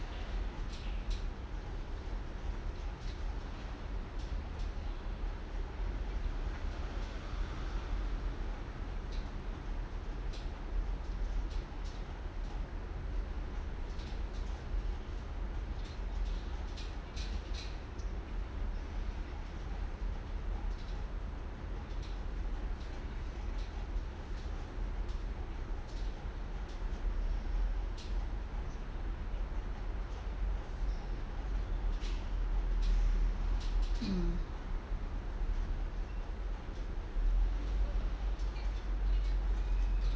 mm